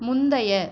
முந்தைய